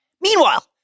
Meanwhile